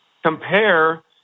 Compare